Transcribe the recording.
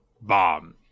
bomb